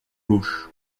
gauche